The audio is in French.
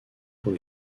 pour